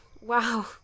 Wow